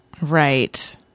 right